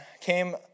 came